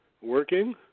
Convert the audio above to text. working